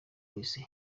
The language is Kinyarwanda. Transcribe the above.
wese